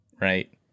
Right